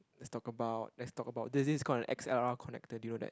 let's talk about let's talk about this this is called a X_L_R connector do you know that